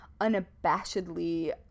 unabashedly